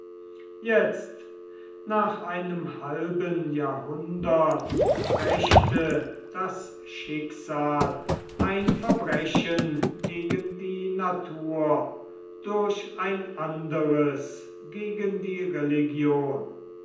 jetzt nach einem halben jahrhundert rächte das schicksal ein verbrechen gegen die natur durch ein andres gegen die religion